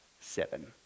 seven